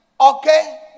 okay